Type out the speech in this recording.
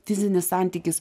fizinis santykis